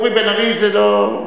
אורי בן-ארי זה לא,